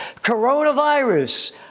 Coronavirus